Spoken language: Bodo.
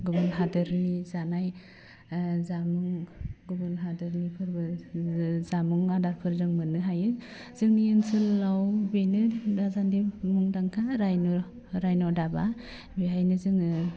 गुबुन हादोरनि जानाय ओह जामुं गुबुन हादोरनिफोरबो जामुं आदारफोर जों मोननो हायो जोंनि ओनसोलाव बेनो दासानदि मुंदांखा राइन' राइन' धाबा बेहायनो जोङो